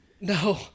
No